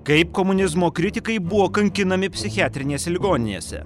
kaip komunizmo kritikai buvo kankinami psichiatrinėse ligoninėse